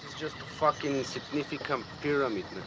just a fucking insignificant pyramid,